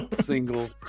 single –